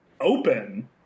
open